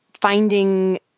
finding